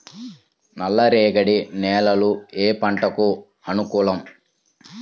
నల్ల రేగడి నేలలు ఏ పంటకు అనుకూలం?